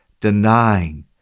denying